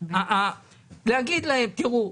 - ולומר להם: תראו,